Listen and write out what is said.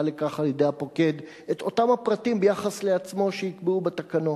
לכך על-ידי הפוקד את אותם הפרטים ביחס לעצמו שייקבעו בתקנות,